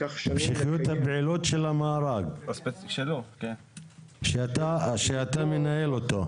לקח שנים -- המשכיות הפעילות של המארג שאתה מנהל אותו.